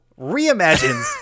reimagines